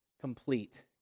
complete